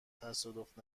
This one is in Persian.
تصادف